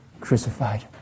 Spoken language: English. crucified